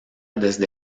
desde